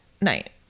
night